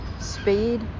speed